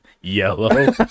yellow